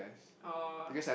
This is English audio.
oh